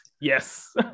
Yes